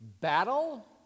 battle